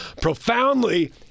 profoundly